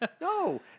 No